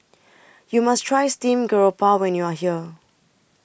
YOU must Try Steamed Garoupa when YOU Are here